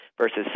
versus